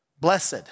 Blessed